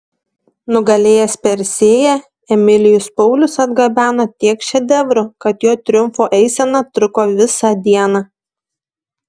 nugalėjęs persėją emilijus paulius atgabeno tiek šedevrų kad jo triumfo eisena truko visą dieną